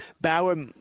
Bauer